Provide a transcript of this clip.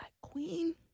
queen